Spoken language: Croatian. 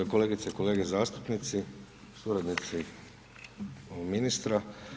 Kolegice i kolege zastupnici, suradnici ministra.